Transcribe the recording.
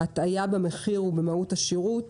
הטעייה במחיר ובמהות השירות,